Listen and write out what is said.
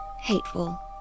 hateful